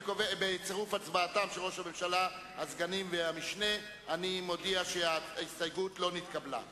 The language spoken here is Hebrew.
אני קובע שסעיף המשנה עבר כנוסח הוועדה.